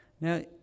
Now